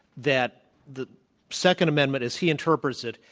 that the second amendment as he interprets it,